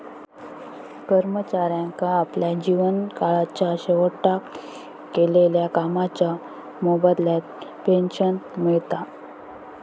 कर्मचाऱ्यांका आपल्या जीवन काळाच्या शेवटाक केलेल्या कामाच्या मोबदल्यात पेंशन मिळता